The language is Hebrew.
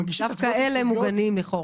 דווקא אלה לכאורה מוגנים.